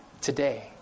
today